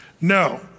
No